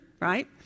right